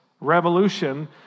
revolution